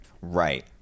Right